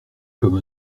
comme